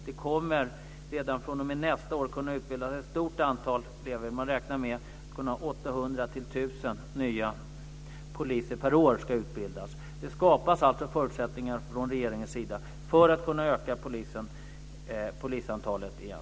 Det kommer redan fr.o.m. nästa år att kunna utbildas ett stort antal elever; man räknar med att 800-1 000 nya poliser per år ska utbildas. Det skapas alltså förutsättningar från regeringens sida för att kunna öka polisantalet igen.